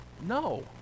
no